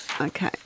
Okay